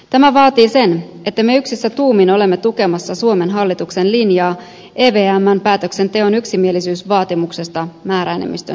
tämä vaatii sen että me yksissä tuumin olemme tukemassa suomen hallituksen linjaa evmn päätöksenteon yksimielisyysvaatimuksesta määräenemmistön sijaan